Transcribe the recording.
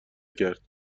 کرد